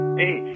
hey